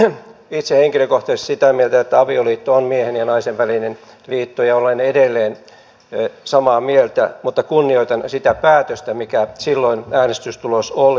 olin silloin itse henkilökohtaisesti sitä mieltä että avioliitto on miehen ja naisen välinen liitto ja olen edelleen samaa mieltä mutta kunnioitan sitä päätöstä mikä silloin äänestystulos oli